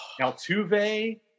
Altuve